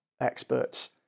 experts